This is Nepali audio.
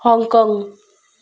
हङकङ